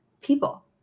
people